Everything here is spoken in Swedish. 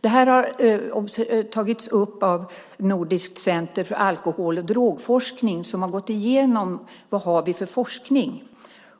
Det här har tagits upp av Nordiskt center för alkohol och drogforskning. Man har gått igenom vilken forskning som finns,